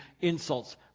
insults